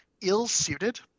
ill-suited